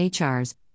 HRs